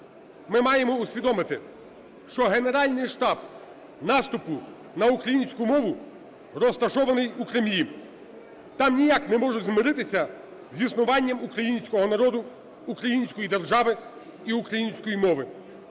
Ми маємо усвідомити, що генеральний штаб наступу на українську мову розташований у Кремлі. Там ніяк не можуть змиритися з існуванням українського народу, української держави і української мови.